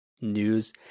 news